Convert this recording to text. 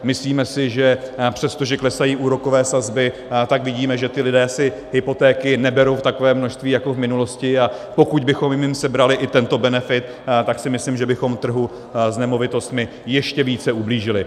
Myslíme si, že přestože klesají úrokové sazby, tak vidíme, že ti lidé si hypotéky neberou v takovém množství jako v minulosti, a pokud bychom jim sebrali i tento benefit, tak si myslím, že bychom trhu s nemovitostmi ještě více ublížili.